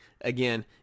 again